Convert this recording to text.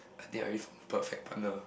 I think I wait for a perfect partner